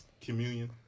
communion